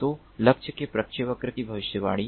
तो लक्ष्य के प्रक्षेपवक्र की भविष्यवाणी